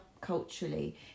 culturally